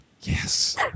yes